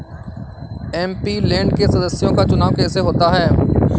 MP land के सदस्यों का चुनाव कैसे होता है?